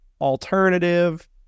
alternative